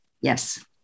Yes